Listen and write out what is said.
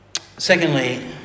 Secondly